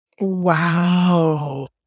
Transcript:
Wow